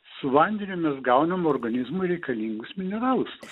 su vandeniu mes gaunam organizmui reikalingus mineralus